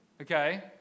okay